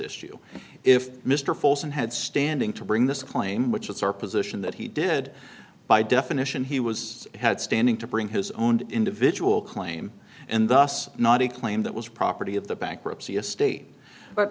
you if mr folson had standing to bring this claim which it's our position that he did by definition he was had standing to bring his own individual claim and thus not a claim that was property of the bankruptcy estate but